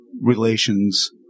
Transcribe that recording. relations